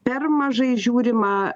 per mažai žiūrima